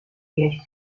gleich